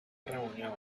reunión